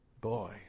boy